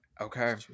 okay